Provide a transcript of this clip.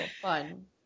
fun